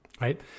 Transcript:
right